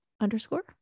underscore